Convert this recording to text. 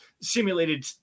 simulated